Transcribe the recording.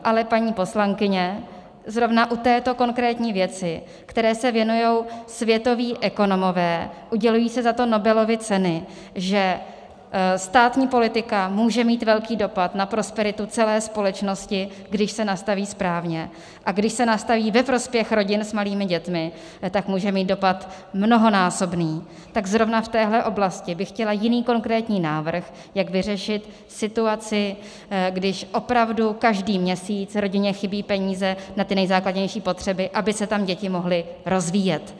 Ale paní poslankyně, zrovna u této konkrétní věci, které se věnují světoví ekonomové, udělují se za to Nobelovy ceny, že státní politika může mít velký dopad na prosperitu celé společnosti, když se nastaví správně, a když se nastaví ve prospěch rodin s malými dětmi, tak může mít dopad mnohonásobný, tak zrovna v téhle oblasti by chtěla jiný konkrétní návrh, jak vyřešit situaci, když opravdu každý měsíc rodině chybí peníze na ty nejzákladnější potřeby, aby se tam děti mohly rozvíjet.